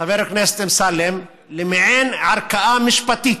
חבר הכנסת אמסלם, למעין ערכאה משפטית,